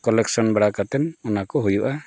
collection ᱵᱟᱲᱟ ᱠᱟᱛᱮᱫ ᱚᱱᱟ ᱠᱚ ᱦᱩᱭᱩᱜᱼᱟ